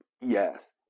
yes